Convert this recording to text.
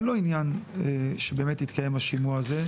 לו עניין שבאמת יתקיים השימוע הזה,